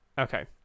Okay